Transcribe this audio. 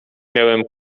miałem